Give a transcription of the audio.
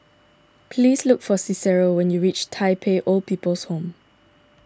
please look for Cicero when you reach Tai Pei Old People's Home